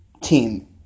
team